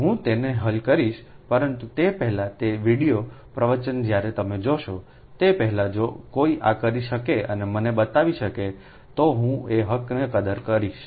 હું તેનો હલ કરીશ પરંતુ તે પહેલાં તે વિડિઓ પ્રવચનો જ્યારે તમે જોશોતે પહેલાં જો કોઈ આ કરી શકે અને મને બતાવી શકે તો હું તે હકની કદર કરીશ